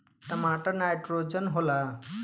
टमाटर मे नाइट्रोजन होला?